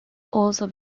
also